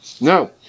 No